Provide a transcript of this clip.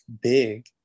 big